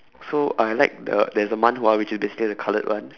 so I like the~ there's a manhwa which is basically the the coloured one